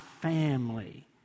family